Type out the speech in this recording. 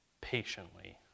patiently